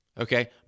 Okay